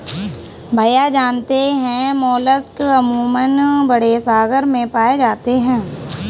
भैया जानते हैं मोलस्क अमूमन बड़े सागर में पाए जाते हैं